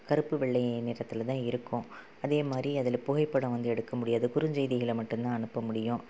கருப்பு வெள்ளை நிறத்தில் தான் இருக்கும் அதே மாதிரி அதில் புகைப்படம் வந்து எடுக்க முடியாது குறுஞ்செய்திகளை மட்டும்தான் அனுப்ப முடியும்